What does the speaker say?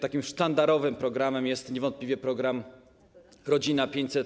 Takim sztandarowym programem jest niewątpliwie program „Rodzina 500+”